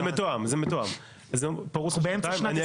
זה מתואם, זה פרוס על שנתיים.